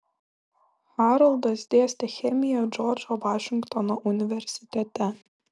haroldas dėstė chemiją džordžo vašingtono universitete